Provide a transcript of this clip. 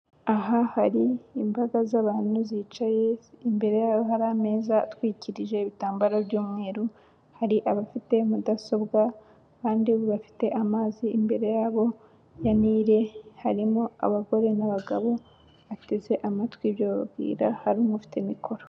Aha hari imbaga z'abantu zicaye imbere hari ameza atwikirije ibitambaro by'umweru, hari abafite mudasobwa kandi bafite amazi imbere yabo ya Nile, harimo abagore n'abagabo bateze amatwi ibyo babwira, hari umwe ufite mikoro.